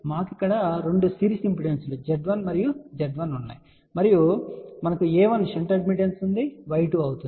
మాకు ఇక్కడ రెండు సిరీస్ ఇంపిడెన్స్లు Z1 మరియు Z1 ఉన్నాయి మరియు మనకు a1 షంట్ అడ్మిటెన్స్ ఉంది ఇది Y2 అవుతుంది